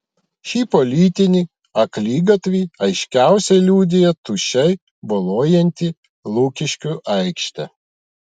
šį politinį akligatvį aiškiausiai liudija tuščiai boluojanti lukiškių aikštė